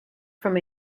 from